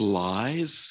lies